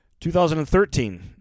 2013